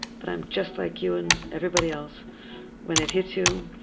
but i'm just like you and everybody else when it hits you,